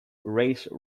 race